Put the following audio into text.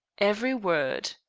every word.